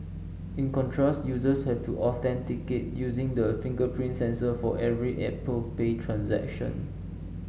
in contrast users have to authenticate using the fingerprint sensor for every Apple Pay transaction